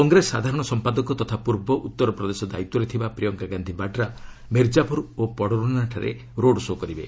କଂଗ୍ରେସ ସାଧାରଣ ସମ୍ପାଦକ ତଥା ପୂର୍ବ ଉତ୍ତର ପ୍ରଦେଶ ଦାୟିତ୍ୱରେ ପ୍ରିୟଙ୍କା ଗାନ୍ଧି ବାଡ୍ରା ମିର୍ଜାପୁର ଓ ପଡ଼ରୌନାଠାରେ ରୋଡ୍ ଶୋ' କରିବେ